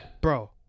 Bro